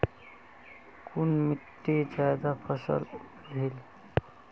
कुन मिट्टी ज्यादा फसल उगहिल?